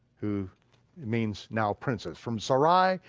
who means now princess. from sarai,